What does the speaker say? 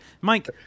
Mike